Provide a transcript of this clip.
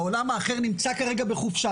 העולם האחר נמצא כברגע בחופשה,